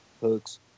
hooks